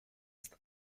ist